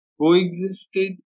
coexisted